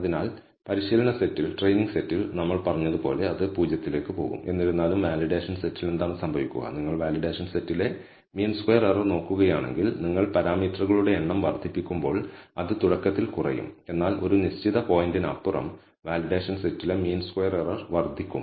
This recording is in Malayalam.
അതിനാൽ പരിശീലന സെറ്റിൽ നമ്മൾ പറഞ്ഞതുപോലെ അത് 0 ലേക്ക് പോകും എന്നിരുന്നാലും വാലിഡേഷൻ സെറ്റിൽ എന്താണ് സംഭവിക്കുക നിങ്ങൾ വാലിഡേഷൻ സെറ്റിലെ മീൻ സ്ക്വയർ എറർ നോക്കുകയാണെങ്കിൽ നിങ്ങൾ പാരാമീറ്ററുകളുടെ എണ്ണം വർദ്ധിപ്പിക്കുമ്പോൾ അത് തുടക്കത്തിൽ കുറയും എന്നാൽ ഒരു നിശ്ചിത പോയിന്റിനപ്പുറം വാലിഡേഷൻ സെറ്റിലെ മീൻ സ്ക്വയർ എറർ വർദ്ധിക്കും